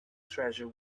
treasure